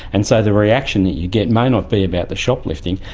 and so the reaction that you get may not be about the shoplifting,